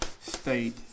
state